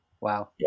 Wow